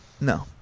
No